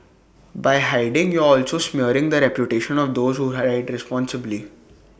by hiding you're also smearing the reputation of those who ride responsibly